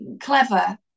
clever